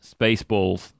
spaceballs